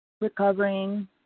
recovering